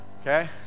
okay